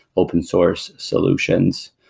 open-source solutions.